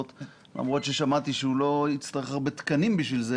למרות ששמעתי שהוא לא יצטרך הרבה תקנים בשביל זה